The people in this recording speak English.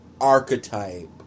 archetype